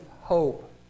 hope